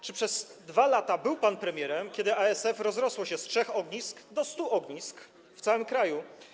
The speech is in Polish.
Czy przez 2 lata był pan premierem, kiedy ASF rozrosło się z trzech do 100 ognisk w całym kraju?